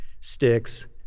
sticks